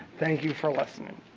thank you for listening.